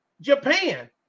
Japan